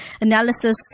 analysis